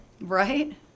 right